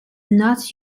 not